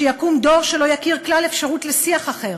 שיקום דור שלא יכיר כלל אפשרות של שיח אחר.